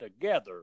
together